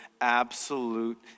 absolute